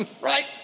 Right